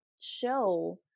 show